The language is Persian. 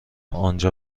آنجا